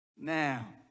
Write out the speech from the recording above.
Now